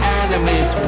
enemies